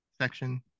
section